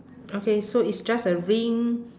okay so it's just a ring